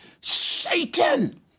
Satan